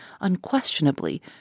unquestionably